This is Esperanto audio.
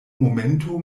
momento